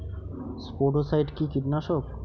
স্পোডোসাইট কি কীটনাশক?